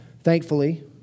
thankfully